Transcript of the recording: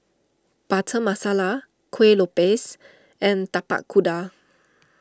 Butter Masala Kueh Lopes and Tapak Kuda